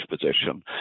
position